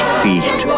feet